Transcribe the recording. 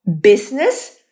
business